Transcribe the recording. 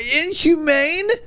inhumane